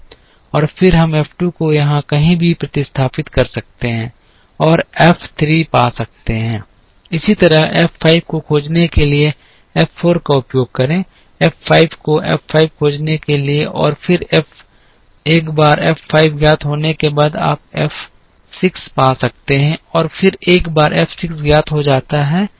और फिर हम एफ 2 को यहां कहीं भी प्रतिस्थापित कर सकते हैं और एफ 3 पा सकते हैं इसी तरह एफ 5 को खोजने के लिए एफ 4 का उपयोग करें एफ 5 को एफ 5 खोजने के लिए और फिर एक बार एफ 5 ज्ञात होने के बाद आप एफ 6 पा सकते हैं और फिर एक बार एफ 6 ज्ञात हो जाता है